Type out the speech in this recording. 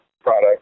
product